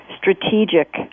strategic